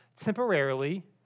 temporarily